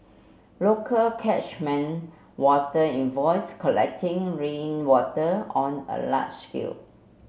local catchment water invoice collecting rainwater on a large scale